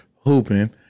hooping